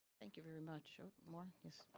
thank you very much. more? yes?